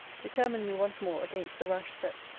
determined me once more against the rash step.